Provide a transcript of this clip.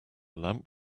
lamp